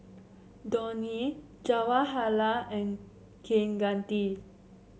Dhoni Jawaharlal and Kaneganti